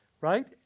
Right